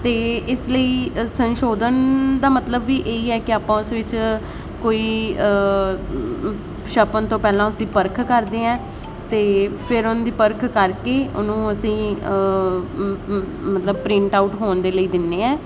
ਅਤੇ ਇਸ ਲਈ ਸੰਸ਼ੋਧਨ ਦਾ ਮਤਲਬ ਵੀ ਇਹ ਹੀ ਹੈ ਕਿ ਆਪਾਂ ਉਸ ਵਿੱਚ ਕੋਈ ਛਾਪਣ ਤੋਂ ਪਹਿਲਾਂ ਉਸਦੀ ਪਰਖ ਕਰਦੇ ਹੈਂ ਤੇ ਫਿਰ ਉਹਨਾਂ ਦੀ ਪਰਖ ਕਰਕੇ ਉਹਨੂੰ ਅਸੀਂ ਮ ਮ ਮਤਲਬ ਪ੍ਰਿੰਟ ਆਊਟ ਹੋਣ ਦੇ ਲਈ ਦਿੰਨੇ ਐਂ